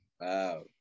Wow